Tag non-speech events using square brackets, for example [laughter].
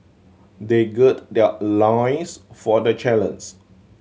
they gird their loins for the [unintelligible]